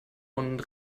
und